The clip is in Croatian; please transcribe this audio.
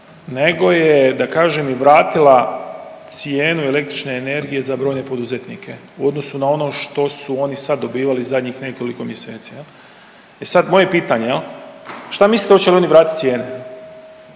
nego je da kažem i vratila cijenu električne energije za brojne poduzetnike u odnosu na ono što su oni sad dobivali zadnjih nekoliko mjeseci. E sad, moje je pitanje šta mislite hoće li oni vratiti cijene?